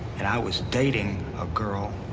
and i was dating a girl.